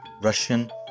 Russian